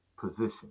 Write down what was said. position